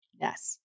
Yes